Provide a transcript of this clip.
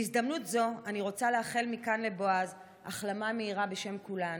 בהזדמנות זו אני רוצה לאחל מכאן לבועז החלמה מהירה בשם כולנו,